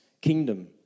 kingdom